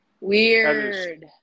Weird